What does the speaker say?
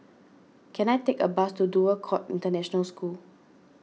can I take a bus to Dover Court International School